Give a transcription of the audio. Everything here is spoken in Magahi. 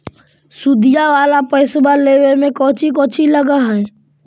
सुदिया वाला पैसबा लेबे में कोची कोची लगहय?